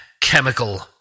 chemical